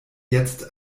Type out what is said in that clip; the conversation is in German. jetzt